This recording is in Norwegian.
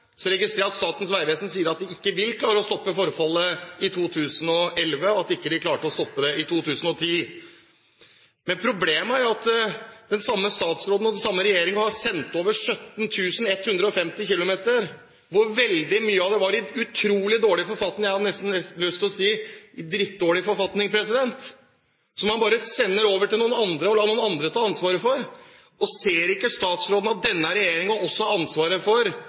Jeg registrerer at Statens vegvesen sier at de ikke vil klare å stoppe forfallet i 2011, og at de ikke klarte å stoppe det i 2010. Men problemet er at den samme statsråden og den samme regjeringen sendte over 17 150 km, hvorav veldig mye var i utrolig dårlig forfatning – jeg har nesten lyst til å si i drittdårlig forfatning, president – over til noen andre og lot dem ta ansvaret. Ser ikke statsråden at denne regjeringen også har ansvaret for